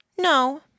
No